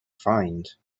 find